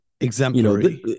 exemplary